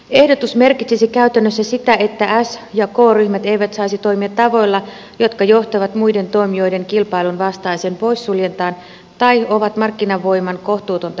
ehdotus merkitsisi käytännössä sitä että s ja k ryhmät eivät saisi toimia tavoilla jotka johtavat muiden toimijoiden kilpailunvastaiseen poissuljentaan tai ovat markkinavoiman kohtuutonta hyväksikäyttöä